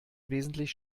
wesentlich